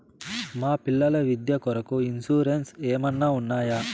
మా పిల్లల విద్య కొరకు ఇన్సూరెన్సు ఏమన్నా ఉన్నాయా?